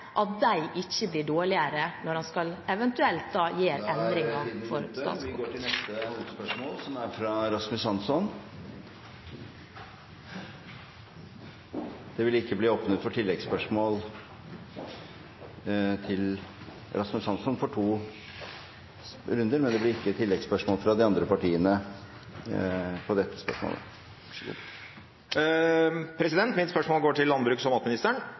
at de ikke blir dårligere når man eventuelt da skal ... Da er tiden ute. Vi går videre til neste hovedspørsmål, fra Rasmus Hansson. Det vil ikke bli åpnet for oppfølgingsspørsmål fra de andre partiene, men Rasmus Hansson får to runder.